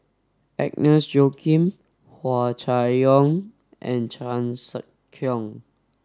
Agnes Joaquim Hua Chai Yong and Chan Sek Keong